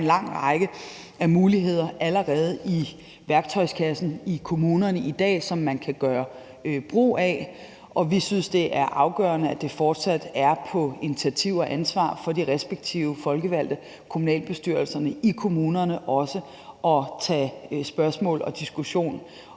er en lang række af muligheder i værktøjskassen i kommunerne i dag, som man kan gøre brug af, og vi synes, det er afgørende, at det fortsat er på initiativ af og med ansvar hos de respektive folkevalgte i kommunalbestyrelserne i kommunerne at tage spørgsmålene og diskussionerne